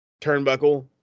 turnbuckle